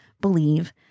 believe